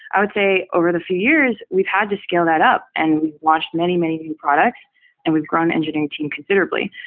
i would say over the few years, we've had to scale that up and we've launched many, many new products and we've grown the engineering team considerably.